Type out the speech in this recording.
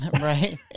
Right